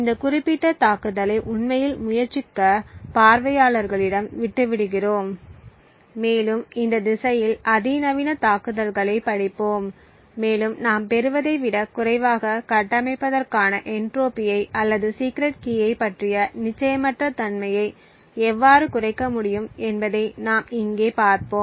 இந்த குறிப்பிட்ட தாக்குதலை உண்மையில் முயற்சிக்க பார்வையாளர்களிடம் விட்டு விடுகிறோம் மேலும் இந்த திசையில் அதிநவீன தாக்குதல்களைப் படிப்போம் மேலும் நாம் பெறுவதை விடக் குறைவாகக் கட்டமைப்பதற்கான என்ட்ரோபியை அல்லது சீக்ரெட் கீயைப் பற்றிய நிச்சயமற்ற தன்மையை எவ்வாறு குறைக்க முடியும் என்பதை நாம் இங்கே பார்ப்போம்